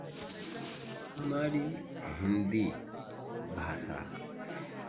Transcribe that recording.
हमारी हिन्दी भाषा